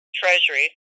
treasury